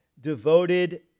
devoted